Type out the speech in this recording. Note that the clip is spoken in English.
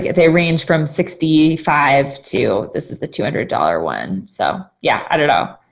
they range from sixty five to this is the two hundred dollars one. so yeah, i don't know,